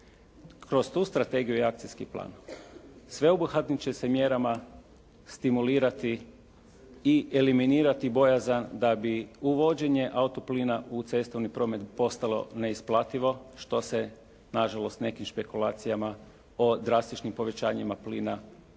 Kroz tu strategiju i akcijski plan sveobuhvatnim će se mjerama stimulirati i eliminirati bojazan da bi uvođenje auto plina u cestovni promet postalo neisplativo što se na žalost nekim špekulacijama o drastičnim povećanjima plina počelo